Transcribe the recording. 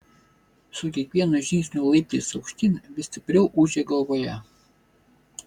su kiekvienu žingsniu laiptais aukštyn vis stipriau ūžė galvoje